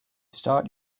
start